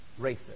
racist